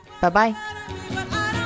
Bye-bye